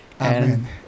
Amen